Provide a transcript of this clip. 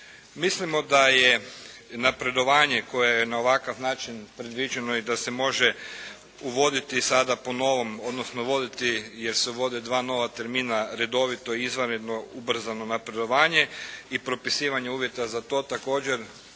Mislimo da je napredovanje koje je na ovakav način predviđeno i da se može uvoditi sada po novom, odnosno voditi jer se uvode dva nova termina redovito i izvanredno ubrzano napredovanje i propisivanje uvjeta za to također